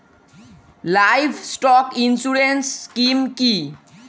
Livestock insurance scheme কি?